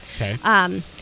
Okay